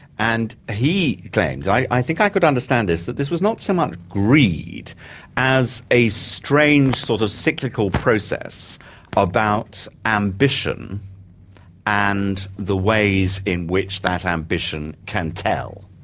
and he claims i i think i could understand this that this was not so much greed as a strange sort of cyclical process about ambition and the ways in which that ambition can tell.